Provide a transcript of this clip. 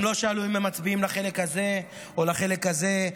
הם לא שאלו אם הם מצביעים לחלק הזה או לחלק הזה,